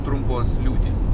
trumpos liūtys